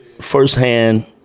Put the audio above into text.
firsthand